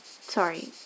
sorry